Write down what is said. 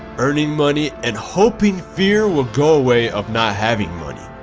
earning money and hoping fear will go away of not having money.